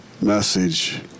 message